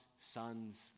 sons